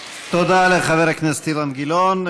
תודה לחבר הכנסת אילן גילאון.